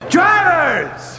Drivers